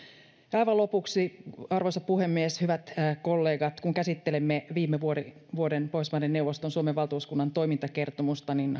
ja aivan lopuksi arvoisa puhemies hyvät kollegat kun käsittelemme viime vuoden vuoden pohjoismaiden neuvoston suomen valtuuskunnan toimintakertomusta niin